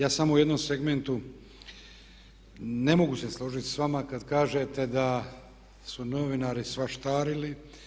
Ja samo u jednom segmentu ne mogu se složiti s vama, kad kažete da su novinari svaštarili.